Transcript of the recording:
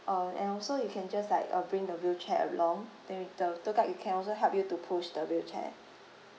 uh and also you can just like uh bring the wheelchair along then we the tour guide will can also help you to push the wheelchair